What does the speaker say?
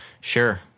Sure